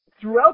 Throughout